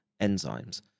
enzymes